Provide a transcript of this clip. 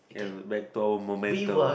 ya back to our momento